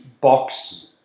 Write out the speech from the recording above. box